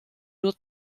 nur